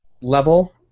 level